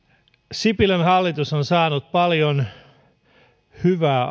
sipilän hallitus on saanut paljon hyvää